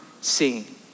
seeing